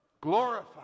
glorify